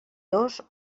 dos